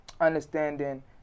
understanding